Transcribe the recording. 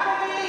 רק במלים.